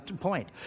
point